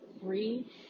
three